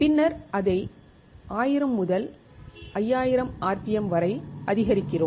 பின்னர் அதை 1000 முதல் 5000 ஆர்பிஎம் வரை அதிகரிக்கிறோம்